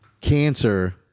cancer